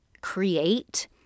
create